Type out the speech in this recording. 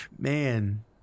Man